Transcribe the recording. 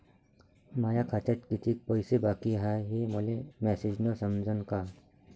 माया खात्यात कितीक पैसे बाकी हाय हे मले मॅसेजन समजनं का?